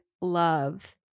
love